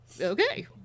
Okay